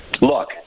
Look